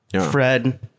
Fred